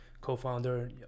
Co-founder